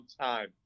time